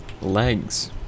Legs